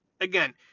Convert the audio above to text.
again